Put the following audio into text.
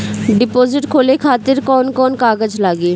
Deposit खोले खातिर कौन कौन कागज लागी?